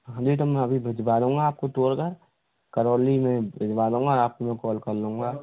हाँ जी तो मैं अभी भिजवा रहा हूँ आप को तोड़ कर करौली में भिजवा दूँगा आप को कॉल कर लूँगा